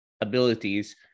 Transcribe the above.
abilities